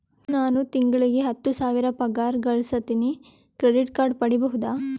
ನಾನು ತಿಂಗಳಿಗೆ ಹತ್ತು ಸಾವಿರ ಪಗಾರ ಗಳಸತಿನಿ ಕ್ರೆಡಿಟ್ ಕಾರ್ಡ್ ಪಡಿಬಹುದಾ?